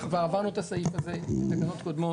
אנחנו כבר עברנו את הסעיף הזה בתקנות קודמות.